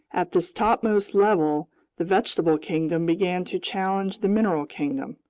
at this topmost level the vegetable kingdom began to challenge the mineral kingdom.